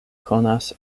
konas